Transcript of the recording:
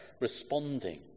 responding